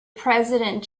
president